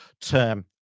term